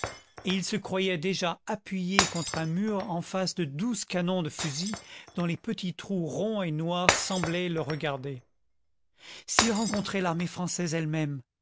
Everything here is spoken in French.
il se croyait déjà appuyé contre un mur en face de douze canons de fusils dont les petits trous ronds et noirs semblaient le regarder s'il rencontrait l'armée française elle-même